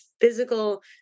physical